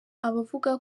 abavuga